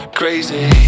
crazy